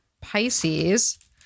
Pisces